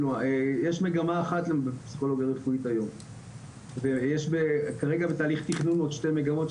יש מגמה אחת לפסיכולוגיה רפואית היום ויש בתהליך תכנון עוד שתי מגמות.